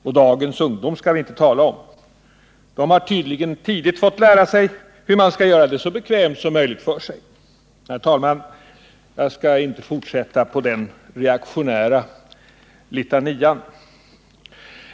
Och dagens ungdomar skall vi inte tala om. De har tydligen tidigt fått lära sig hur man skall göra det så bekvämt för sig som möjligt. Herr talman! Jag skall inte fortsätta på den reaktionära litanian.